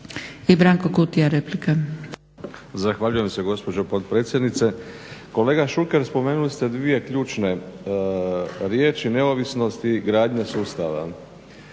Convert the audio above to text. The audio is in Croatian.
Branko (HDZ)** Zahvaljujem se gospođo potpredsjednice. Kolega Šuker, spomenuli ste dvije ključne riječi, neovisnost i gradnja sustava.